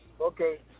Okay